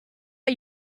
are